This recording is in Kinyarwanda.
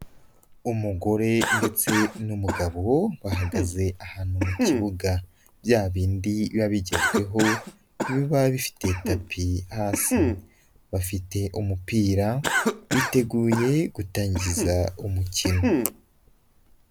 Umugore ndetse n'umugabo bahagaze ahantu mu kibuga bya bindi babigezweho, biba bifite tapi hasi. Bafite umupira biteguye gutangiza umukino.